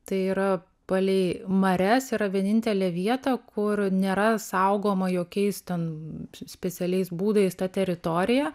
tai yra palei marias yra vienintelė vieta kur nėra saugoma jokiais ten specialiais būdais ta teritorija